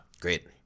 Great